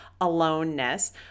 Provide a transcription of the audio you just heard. aloneness